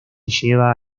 lleva